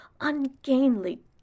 ungainly